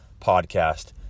podcast